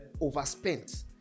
overspent